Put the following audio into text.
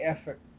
effort